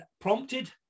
prompted